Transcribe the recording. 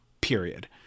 Period